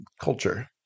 culture